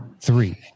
three